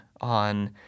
on